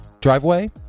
driveway